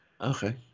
okay